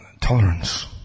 tolerance